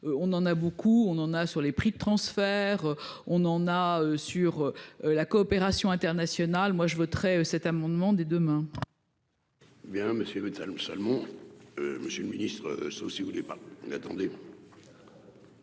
on en a beaucoup, on en a sur les prix de transfert, on en a sur la coopération internationale, moi je voterai cet amendement dès demain. Bien Monsieur de salauds seulement monsieur le Ministre, sauf si vous voulez pas n'attendez.